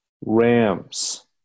Rams